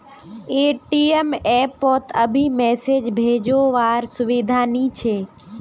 ATM app पोत अभी message भेजो वार सुविधा नी छे